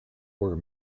were